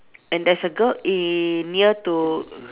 and there's a girl in near to